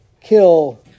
kill